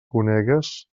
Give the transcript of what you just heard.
conegues